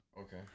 Okay